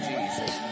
Jesus